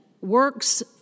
works